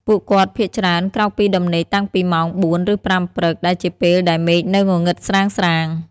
ពួកគាត់ភាគច្រើនក្រោកពីដំណេកតាំងពីម៉ោង ៤ ឬ ៥ ព្រឹក ដែលជាពេលដែលមេឃនៅងងឹតស្រាងៗ។